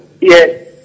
Yes